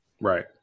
Right